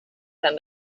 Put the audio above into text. than